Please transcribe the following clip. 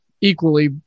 equally